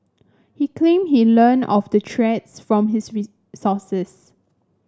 he claimed he learnt of the threats from his resources